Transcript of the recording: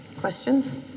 questions